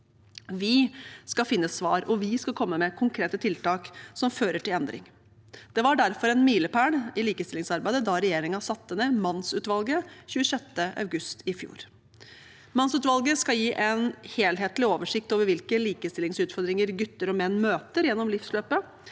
Vi skal finne svar og komme med konkrete tiltak som fører til endring. Det var derfor en milepæl i likestillingsarbeidet da regjeringen satte ned mannsutvalget 26. august i fjor. Mannsutvalget skal gi en helhetlig oversikt over hvilke likestillingsutfordringer gutter og menn møter gjennom livsløpet,